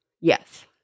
Yes